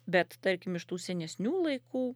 bet tarkim iš tų senesnių laikų